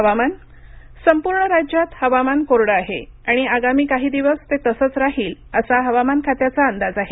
हवामान संपूर्ण राज्यात हवामान कोरडं आहे आणि आगामी काही दिवस ते तसंच राहील असा हवामान खात्याचा अंदाज आहे